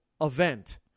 event